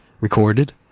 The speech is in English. recorded